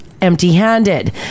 empty-handed